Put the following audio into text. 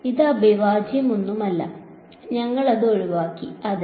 ഇവിടെ അവിഭാജ്യമൊന്നുമില്ല ഞങ്ങൾ അത് ഒഴിവാക്കി അതെ